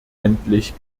endlich